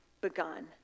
begun